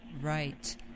Right